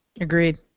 Agreed